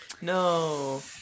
No